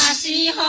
c